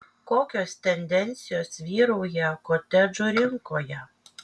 kokios tendencijos vyrauja kotedžų rinkoje